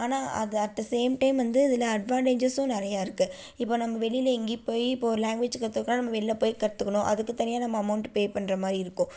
ஆனால் அதை at the same time வந்து இதில் அட்வான்டேஜஸும் நிறையா இருக்குது இப்போ நம்ம வெளியில் எங்கேயும் போயி இப்போ ஒரு லேங்குவேஜி கற்றுக்குறம் நம்ம வெளில போயி கற்றுக்கணும் அதுக்கு தனியாக நம்ம அமெளண்ட் பே பண்ணுறா மாதிரி இருக்கும்